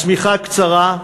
השמיכה קצרה,